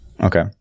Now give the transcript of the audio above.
Okay